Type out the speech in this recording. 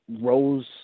rose